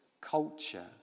culture